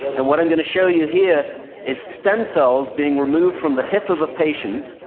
and what i'm going to show you here is stem cells being removed from the hip of a patient.